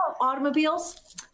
automobiles